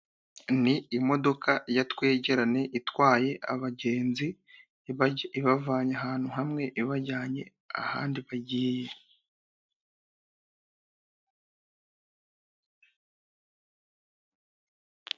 Ni imodoka ya twegerane itwaye abagenzi ibavanye ahantu hamwe ibajyanye ahandi bagiye.